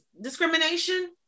discrimination